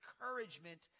encouragement